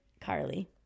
Carly